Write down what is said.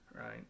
Right